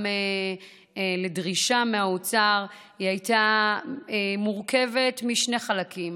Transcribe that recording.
לדרישה מהאוצר הייתה מורכבת משני חלקים: